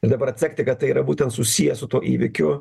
dabar atsekti kad tai yra būtent susiję su tuo įvykiu